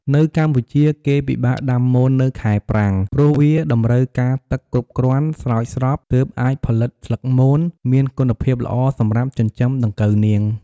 នៅកម្ពុជាគេពិបាកដាំមន នៅខែប្រាំង ព្រោះវាតម្រូវការទឹកគ្រប់គ្រាន់ ស្រោចស្រព ទើបអាចផលិតស្លឹកមន មានគុណភាពល្អសម្រាប់ចិញ្ចឹមដង្កូវនាង។